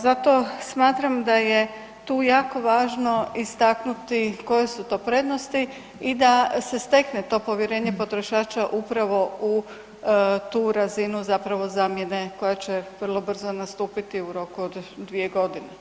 Zato smatram da je tu jako važno istaknuti koje su to prednosti i da se stekne to povjerenje potrošača upravo u tu razinu zamjene koja će vrlo brzo nastupiti u roku od dvije godine.